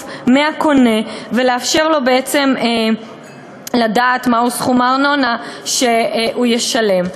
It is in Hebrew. מהקונה ולא לאפשר לו בעצם לדעת מהו סכום הארנונה שהוא ישלם.